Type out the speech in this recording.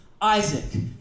Isaac